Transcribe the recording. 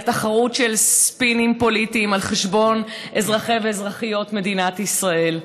תחרות של ספינים פוליטיים על חשבון אזרחי ואזרחיות מדינת ישראל.